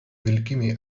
wielkimi